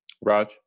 Raj